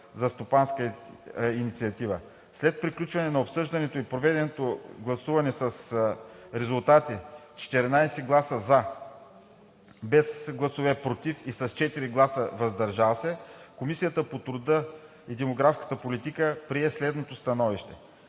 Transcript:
за стопанска инициатива. След приключване на обсъждането и проведеното гласуване с резултати: 14 гласа „за“, без гласове „против“ и 4 гласа „въздържал се“, Комисията по труда, социалната и демографската политика прие следното становище: